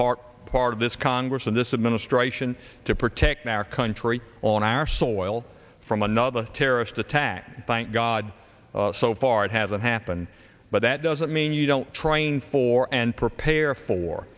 part part of this congress and this administration to protect our country on our soil from another terrorist attack thank god so far it hasn't happened but that doesn't mean you don't train for and prepare for